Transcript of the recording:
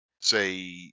say